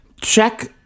Check